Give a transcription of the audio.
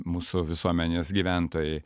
mūsų visuomenės gyventojai